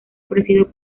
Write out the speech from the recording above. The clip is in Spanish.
ofrecido